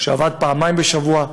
שעבד פעמיים בשבוע,